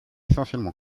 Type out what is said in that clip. essentiellement